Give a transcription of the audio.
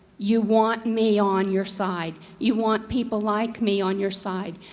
you want me on your side. you want people like me on your side.